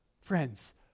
Friends